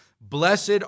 Blessed